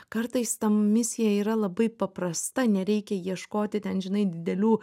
kartais ta misija yra labai paprasta nereikia ieškoti ten žinai didelių